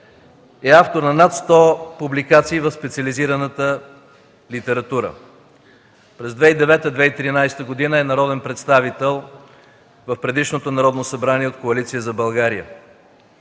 е автор на над 100 публикации в специализираната литература. През 2009-2013 г. е народен представител в предишното Народно събрание от Коалиция за България.